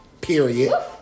Period